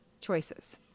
choices